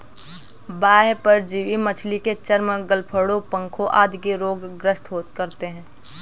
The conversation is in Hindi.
बाह्य परजीवी मछली के चर्म, गलफडों, पंखों आदि के रोग ग्रस्त करते है